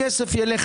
הכסף ילך